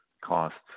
costs